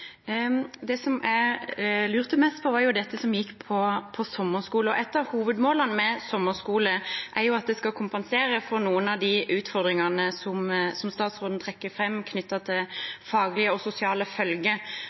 Det som jeg lurte mest på, var jo dette som gikk på sommerskole. Et av hovedmålene med sommerskole er at det skal kompensere for noen av de utfordringene som statsråden trekker